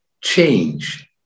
change